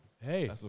Hey